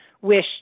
wish